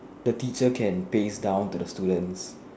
the teacher can pace down the students